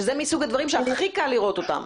שזה מסוג הדברים שהכי קל לראות אותם.